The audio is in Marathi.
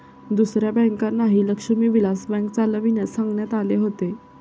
दुसऱ्या बँकांनाही लक्ष्मी विलास बँक चालविण्यास सांगण्यात आले होते